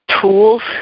tools